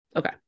okay